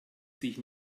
sich